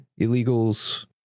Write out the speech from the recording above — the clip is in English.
illegals